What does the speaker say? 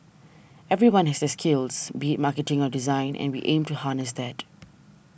everyone has their skills be marketing or design and we aim to harness that